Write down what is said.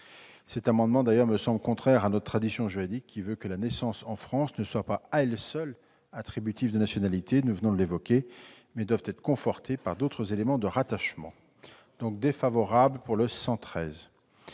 tel amendement me semble contraire à notre tradition juridique, en vertu de laquelle la naissance en France n'est pas à elle seule attributive de nationalité- nous venons de l'évoquer -, mais doit être confortée par d'autres éléments de rattachement. La commission émet donc un avis